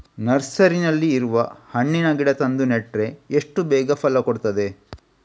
ನರ್ಸರಿನಲ್ಲಿ ಇರುವ ಹಣ್ಣಿನ ಗಿಡ ತಂದು ನೆಟ್ರೆ ಎಷ್ಟು ಬೇಗ ಫಲ ಕೊಡ್ತದೆ